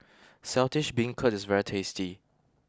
Saltish Beancurd is very tasty